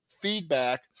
feedback